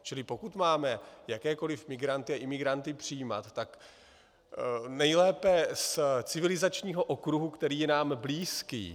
Čili pokud máme jakékoliv migranty a imigranty přijímat, tak nejlépe z civilizačního okruhu, který je nám blízký.